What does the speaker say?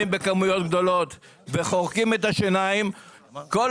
בכמויות גדולות וחורקים בשיניים כל